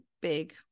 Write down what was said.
big